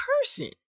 person